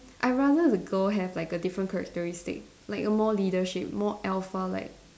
I rather the girl have like a different characteristic like a more leadership more alpha like